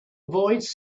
avoid